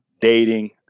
dating